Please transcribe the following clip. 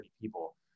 people